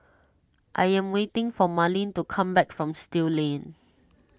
I am waiting for Marlene to come back from Still Lane